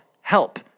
help